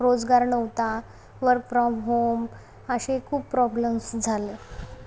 रोजगार नव्हता work from home असे खूप प्रॉब्लम्स झाले